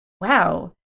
wow